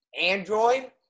Android